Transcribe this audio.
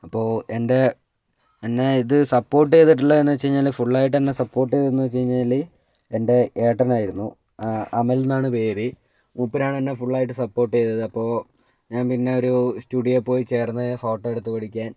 അപ്പോൾ എൻ്റെ എന്നെ ഇത് സപ്പോർട്ട് ചെയ്തിട്ടുള്ളതെന്ന് വച്ചു കഴിഞ്ഞാൽ ഫുൾ ആയിട്ട് തന്നെ സപ്പോർട്ട് ചെയ്തതെന്ന് വച്ചു കഴിഞ്ഞാൽ എൻ്റെ ഏട്ടനായിരുന്നു അമൽ എന്നാണ് പേര് മൂപ്പരാണ് എന്നെ ഫുൾ ആയിട്ട് സപ്പോർട്ട് ചെയ്തത് അപ്പോൾ ഞാൻ പിന്നെ ഒരു സ്റ്റുഡിയോ പോയി ചേർന്നു ഫോട്ടോ എടുത്ത് പഠിക്കാൻ